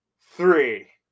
Three